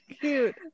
cute